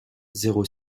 zéro